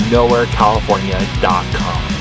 NowhereCalifornia.com